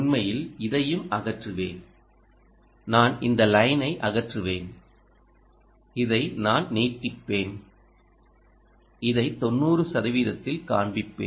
உண்மையில் இதையும் அகற்றுவேன் நான் இந்த லைனை அகற்றுவேன் இதை நான் நீட்டிப்பேன் இதை 90 சதவீதத்தில் காண்பிப்பேன்